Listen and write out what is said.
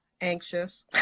anxious